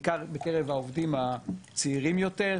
בעיקר בקרב העובדים הצעירים היותר.